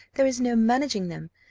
there is no managing them,